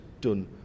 done